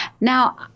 Now